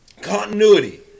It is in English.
Continuity